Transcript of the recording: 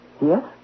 Yes